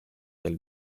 dei